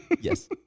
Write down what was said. Yes